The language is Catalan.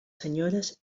senyores